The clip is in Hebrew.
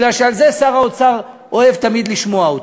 כי על זה שר האוצר אוהב תמיד לשמוע אותי,